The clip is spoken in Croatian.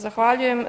Zahvaljujem.